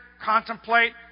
contemplate